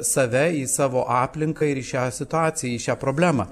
save į savo aplinką ir į šią situaciją į šią problemą